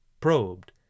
probed